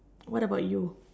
what about you